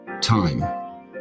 Time